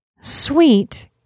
Sweet